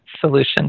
solution